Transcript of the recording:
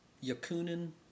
Yakunin